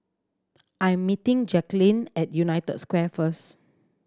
I'm meeting Jacalyn at United Square first